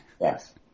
Yes